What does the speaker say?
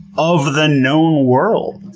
of the known world.